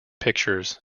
pictures